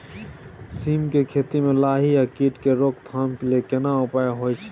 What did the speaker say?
सीम के खेती म लाही आ कीट के रोक थाम के लेल केना उपाय होय छै?